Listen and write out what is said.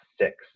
six